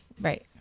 Right